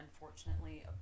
unfortunately